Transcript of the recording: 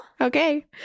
Okay